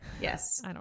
Yes